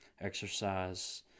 exercise